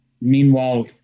meanwhile